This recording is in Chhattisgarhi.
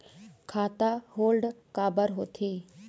खाता होल्ड काबर होथे?